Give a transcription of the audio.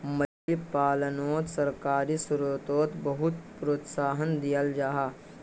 मछली पालानोत सरकारी स्त्रोत बहुत प्रोत्साहन दियाल जाहा